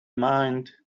mind